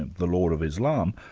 and the law of islam,